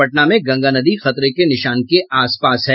पटना में गंगा नदी खतरे के निशान के आसपास है